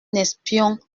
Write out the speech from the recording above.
espion